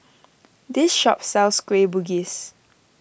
this shop sells Kueh Bugis